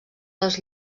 les